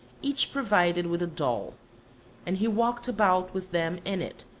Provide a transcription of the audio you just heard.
each provided with a doll and he walked about with them in it,